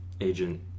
agent